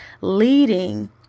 leading